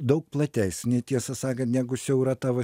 daug platesnį tiesą sakant negu siaura tavo